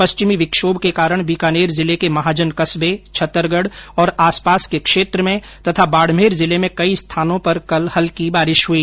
पश्चिमी विक्षोम के कारण बीकानेर जिले के महाजन कस्बे छत्तरगढ और आसपास के क्षेत्र में तथा बाडमेर जिले में कई स्थानों पर कल हल्की बारिश हुई